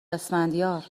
اسفندیار